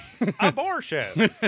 abortion